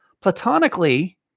platonically